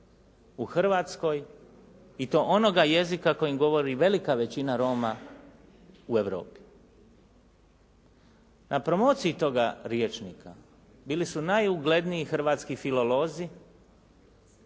u Hrvatskoj i to onoga jezika kojim govori velika većina Roma u Europi. Na promociji toga rječnika bili su najugledniji hrvatski filolozi,